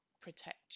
protect